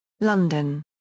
London